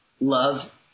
love